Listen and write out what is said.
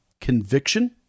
conviction